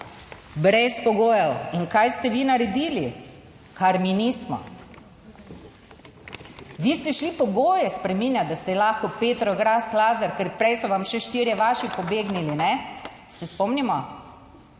brez pogojev. In kaj ste vi naredili, kar mi nismo? Vi ste šli pogoje spreminjati, da ste lahko Petro Gras Lazar, ker prej so vam še štirje vaši pobegnili. Ne, Se spomnimo.